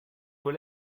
vos